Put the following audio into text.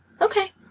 Okay